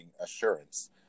assurance